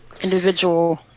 Individual